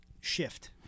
shift